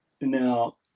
now